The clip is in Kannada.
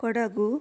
ಕೊಡಗು